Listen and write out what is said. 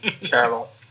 Terrible